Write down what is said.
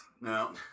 no